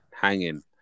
hanging